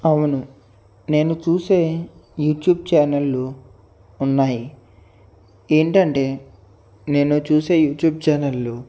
అవును నేను చూసే యూట్యూబ్ ఛానల్లు ఉన్నాయి ఏంటంటే నేను చూసే యూట్యూబ్ ఛానల్లు